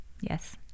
Yes